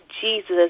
Jesus